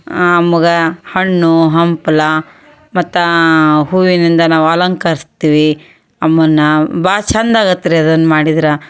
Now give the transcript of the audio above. ಆ ಅಮ್ಮಗೆ ಹಣ್ಣು ಹಂಪ್ಲು ಮತ್ತೆ ಹೂವಿನಿಂದ ನಾವು ಅಲಂಕರಿಸ್ತೀವಿ ಅಮ್ಮನ್ನು ಭಾಳ ಚೆಂದ ಆಗತ್ರಿ ಅದನ್ನು ಮಾಡಿದ್ರೆ